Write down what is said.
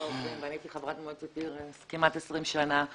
עוזרים ואני הייתי חברת מועצת עיר כמעט 20 שנה,